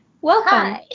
Welcome